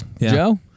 Joe